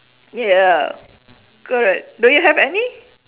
yeah correct do you have any